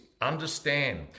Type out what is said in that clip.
understand